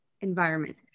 environment